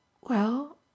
Well